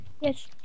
Yes